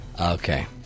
Okay